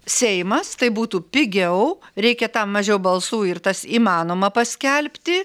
seimas tai būtų pigiau reikia mažiau balsų ir tas įmanoma paskelbti